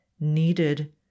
needed